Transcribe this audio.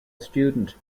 student